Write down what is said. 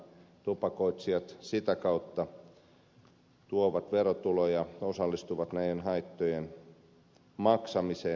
tupakoitsijat sitä kautta tuovat verotuloja osallistuvat näiden haittojen maksamiseen